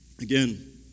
Again